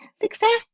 success